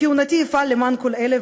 בכהונתי אפעל למען כל אלה,